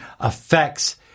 affects